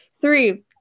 Three